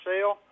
sale